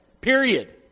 Period